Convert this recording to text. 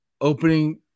opening